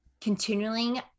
continuing